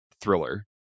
thriller